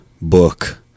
book